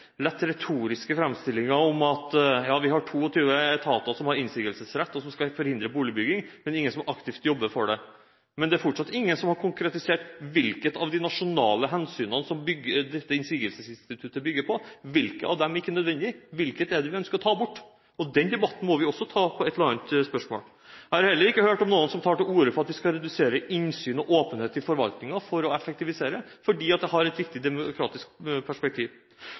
lett retoriske framstillingen om at ja, vi har 22 etater som har innsigelsesrett, og som skal forhindre boligbygging, men det er ingen som aktivt jobber for det. Men det er fortsatt ingen som har konkretisert hvilke av de nasjonale hensynene som dette innsigelsesinstituttet bygger på, som ikke er nødvendig. Hvilke er det vi ønsker å ta bort? Den debatten må vi også ta på et eller annet tidspunkt. Jeg har heller ikke hørt om noen som tar til orde for at vi skal redusere innsyn og åpenhet i forvaltningen for å effektivisere fordi det har et viktig demokratisk perspektiv.